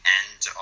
end